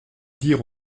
dire